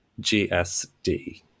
GSD